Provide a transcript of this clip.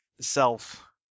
self